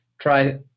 try